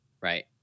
right